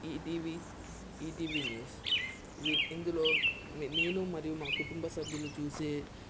ETV ETV news వీ ఇందులో నేను మరియు మా కుటుంబ సభ్యులు చూసే